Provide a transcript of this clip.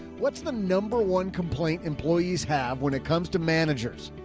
what's the number one complaint employees have when it comes to managers?